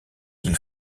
qu’il